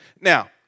Now